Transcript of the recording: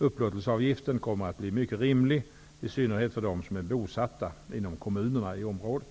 Upplåtelseavgiften kommer att bli mycket rimlig, i synnerhet för dem som är bosatta inom kommunerna i området.